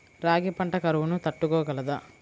రాగి పంట కరువును తట్టుకోగలదా?